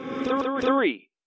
Three